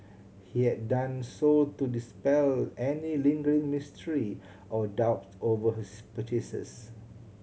he had done so to dispel any lingering mystery or doubt over his purchases